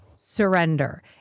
surrender